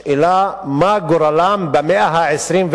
השאלה, מה גורלם במאה ה-21.